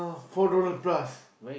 four dollar plus